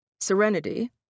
serenity